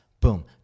Boom